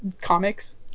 comics